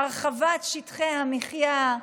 הרחבת שטחי המחיה.